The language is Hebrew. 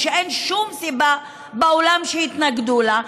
שאין שום סיבה בעולם שיתנגדו לה,